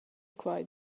quai